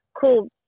cool